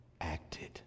acted